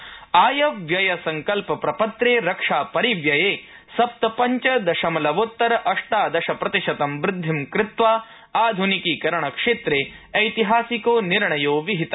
रक्षा पूंजीगतव्यय आय व्ययसङ्कल्पप्रपत्रे रक्षापरिव्यये सप्त पञ्च दशमलवोत्तर अष्टादश प्रतिशतं वृद्धि कृत्वा आध्निकीकरण क्षेत्रे ऐतिहासिको निर्णयो विहित